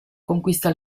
conquista